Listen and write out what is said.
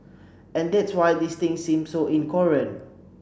and that's why this things seem so incoherent